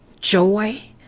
joy